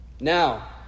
Now